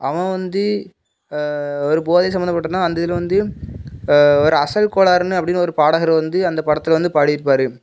அவன் வந்து ஒரு போதை சம்பந்தப்பட்டனா அந்த இதில் வந்து ஒரு அசல் கோளாறுன்னு அப்படினு ஒரு பாடகர் வந்து அந்த படத்துல வந்து பாடியிருப்பாரு